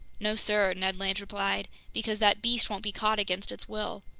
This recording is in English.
no, sir, ned land replied, because that beast won't be caught against its will.